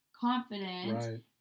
confident